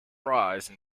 rise